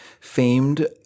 Famed